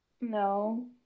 No